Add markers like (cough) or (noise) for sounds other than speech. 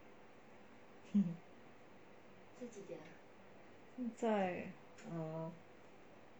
(laughs) 现在 err